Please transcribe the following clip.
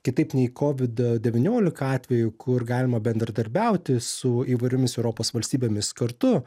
kitaip nei kovid devyniolika atveju kur galima bendradarbiauti su įvairiomis europos valstybėmis kartu